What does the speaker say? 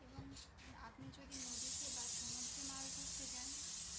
এবং আপনি যদি নদীতে বা সমুদ্রে মাছ ধরতে যান